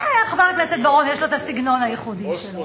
חבר הכנסת בר-און יש לו הסגנון הייחודי שלו.